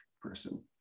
person